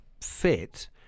fit